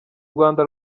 rwanda